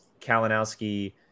Kalinowski